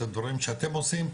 את הדברים שאתם עושים,